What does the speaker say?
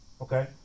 okay